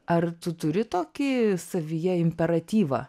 ar tu turi tokį savyje imperatyvą